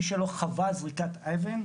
מי שלא חווה זריקת אבן,